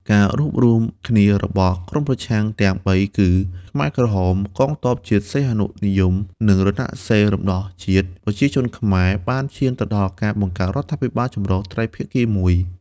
ការរួបរួមគ្នារបស់ក្រុមប្រឆាំងទាំងបី គឺខ្មែរក្រហម កងទ័ពជាតិសីហនុនិយម និង រណសិរ្សរំដោះជាតិប្រជាជនខ្មែរ បានឈានទៅដល់ការបង្កើតរដ្ឋាភិបាលចម្រុះត្រីភាគីមួយ។